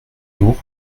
door